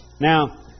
Now